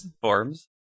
Forms